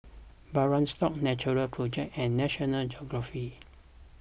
Birkenstock Natural Project and National Geographic